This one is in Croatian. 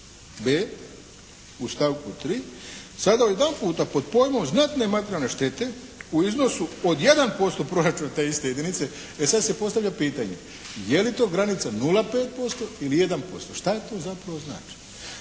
45. u stavku 3. sada odjedanput pod pojmom znatne materijalne štete u iznosu od 1% proračuna te iste jedinice. E sada se postavlja pitanje je li to granica 0,5% ili 1%, šta to zapravo znači.